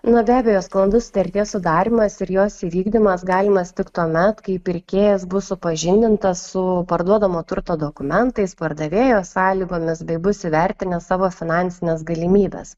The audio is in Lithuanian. na be abejo sklandus sutarties sudarymas ir jos įvykdymas galimas tik tuomet kai pirkėjas bus supažindintas su parduodamo turto dokumentais pardavėjo sąlygomis bei bus įvertinęs savo finansines galimybes